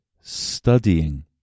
studying